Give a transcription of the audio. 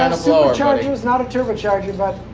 um supercharger's not a turbocharger. but